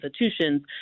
institutions